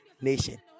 nation